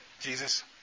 Jesus